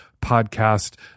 podcast